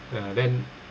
ah then